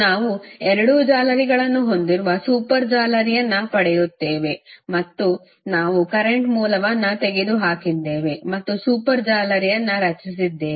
ನಾವು ಎರಡು ಜಾಲರಿಗಳನ್ನು ಹೊಂದಿರುವ ಸೂಪರ್ ಜಾಲರಿಯನ್ನು ಪಡೆಯುತ್ತೇವೆ ಮತ್ತು ನಾವು ಕರೆಂಟ್ ಮೂಲವನ್ನು ತೆಗೆದುಹಾಕಿದ್ದೇವೆ ಮತ್ತು ಸೂಪರ್ ಜಾಲರಿಯನ್ನು ರಚಿಸಿದ್ದೇವೆ